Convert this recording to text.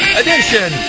edition